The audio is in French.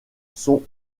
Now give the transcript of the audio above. sont